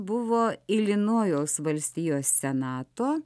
buvo ilinojaus valstijos senato